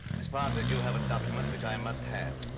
miss pattridge you have a document, which i must have.